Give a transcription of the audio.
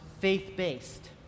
faith-based